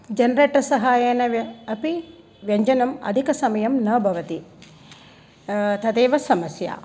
generator सहायेन व्य अपि व्यञ्जनम् अधिकसमयं न भवति तदेव समस्या